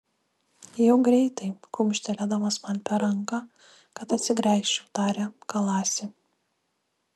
jau greitai kumštelėdamas man per ranką kad atsigręžčiau tarė kalasi